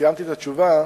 סיימתי את התשובה,